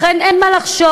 לכן אין מה לחשוש,